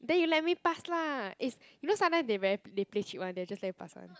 then you let me pass lah eh you know sometimes they very they play cheat [one] they just let you pass some